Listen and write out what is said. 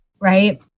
right